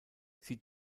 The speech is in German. sie